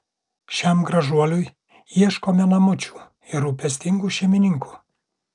šiam gražuoliui ieškome namučių ir rūpestingų šeimininkų